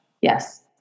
Yes